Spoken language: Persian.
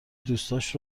دوستاش